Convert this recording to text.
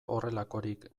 horrelakorik